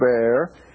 bear